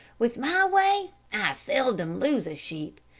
with my way i seldom lose a sheep,